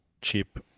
cheap